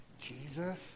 Jesus